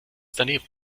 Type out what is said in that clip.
daneben